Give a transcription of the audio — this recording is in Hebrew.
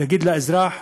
להגיד לאזרח: